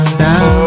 down